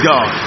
God